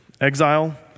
Exile